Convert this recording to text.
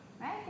right